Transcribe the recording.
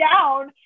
down